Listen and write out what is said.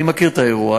אני מכיר את האירוע,